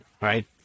right